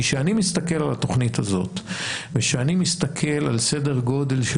כשאני מסתכל על התכנית הזאת וכשאני מסתכל על סדר גודל של